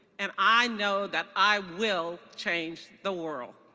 and i know that i will change the world.